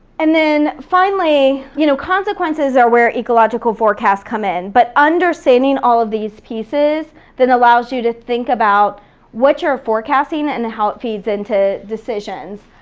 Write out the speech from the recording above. and then, finally, you know consequences are where ecological forecasts come in but understanding all of these pieces then allows you to think about what you're forecasting and how it feeds into decisions.